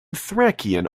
thracian